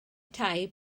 tai